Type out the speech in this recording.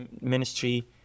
ministry